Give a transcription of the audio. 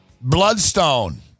Bloodstone